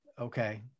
Okay